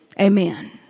Amen